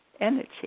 energy